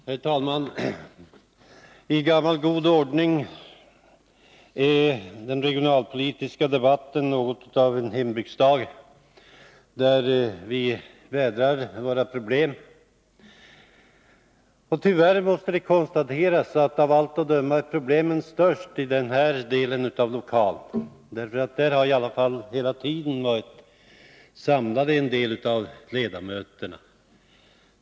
Herr talman! I gammal god ordning är den regionalpolitiska debatten något av en hembygdsdag, där vi vädrar våra problem. Tyvärr måste jag konstatera att problemen av allt att döma är störst på Norrlandsbänkarna. Där har i alla fall hela tiden funnits samlade en del av ledamöterna.